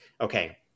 okay